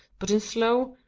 but in slow,